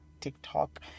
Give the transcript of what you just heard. tiktok